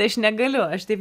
tai aš negaliu aš taip